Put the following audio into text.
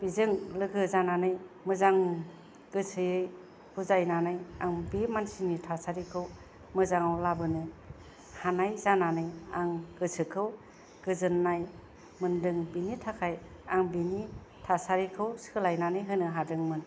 बेजों लोगो जानानै मोजां गोसोयै बुजायनानै आं बे मानसिनि थासारिखौ मोजांआव लाबोनो हानाय जानानै आं गोसोखौ गोजाननाय मोनदों बेनि थाखाय आं बेनि थासारिखौ सोलायनानै होनो हादोंमोन